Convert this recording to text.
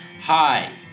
Hi